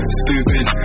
stupid